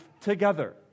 together